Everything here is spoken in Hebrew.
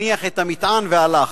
הניח את המטען והלך.